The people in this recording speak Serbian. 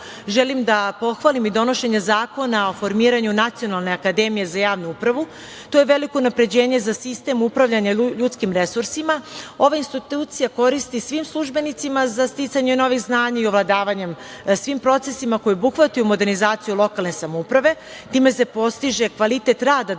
želim da pohvalim i donošenje Zakona o formiranju Nacionalne akademije za javnu upravu. To je veliko unapređenje za sistem upravljanja ljudskih resursima. Ova institucija koristi svim službenicima za sticanje novih znanja i ovladavanjem svim procesima koji obuhvataju modernizaciju lokalne samouprave. Time se postiže kvalitet rada državnih